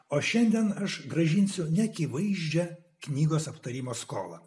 o šiandien aš grąžinsiu neakivaizdžią knygos aptarimo skolą